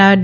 ના ડી